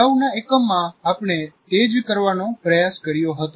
અગાઉના એકમમાં આપણે તે જ કરવાનો પ્રયાસ કર્યો હતો